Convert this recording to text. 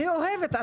אני אוהבת.